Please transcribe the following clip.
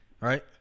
right